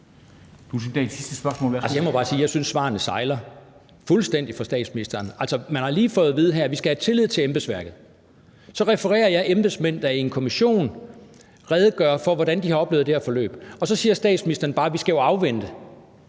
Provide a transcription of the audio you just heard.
jeg synes, det sejler fuldstændig med statsministerens svar. Vi har lige fået at vide, at vi skal have tillid til embedsværket. Så refererer jeg embedsmænd, der i en kommission har redegjort for, hvordan de har oplevet det her forløb, og så siger statsministeren bare, at vi skal afvente